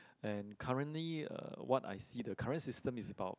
and currently uh what I see the current system is about